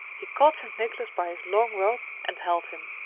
he caught st. nicholas by his long robe and held him.